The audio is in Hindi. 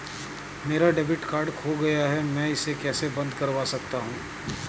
मेरा डेबिट कार्ड खो गया है मैं इसे कैसे बंद करवा सकता हूँ?